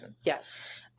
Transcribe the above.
Yes